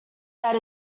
that